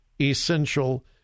essential